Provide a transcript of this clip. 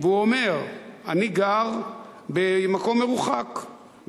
והוא אומר: אני גר במקום מרוחק,